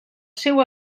seu